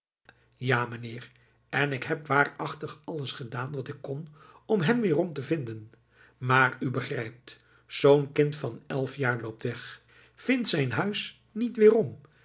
ja meneer en ik heb waarachtig alles gedaan wat ik kon om hem weerom te vinden maar u begrijpt zoo'n kind van elf jaar loopt weg vindt zijn huis niet weerom zwerft